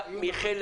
הכול